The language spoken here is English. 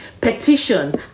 petition